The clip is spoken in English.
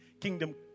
kingdom